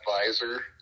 advisor